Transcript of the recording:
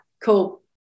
cool